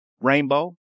Rainbow